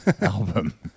album